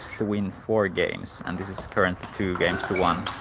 to win four games and this is current two games to one